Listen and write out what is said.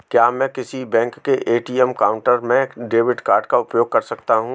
क्या मैं किसी भी बैंक के ए.टी.एम काउंटर में डेबिट कार्ड का उपयोग कर सकता हूं?